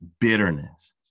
bitterness